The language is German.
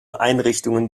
einrichtungen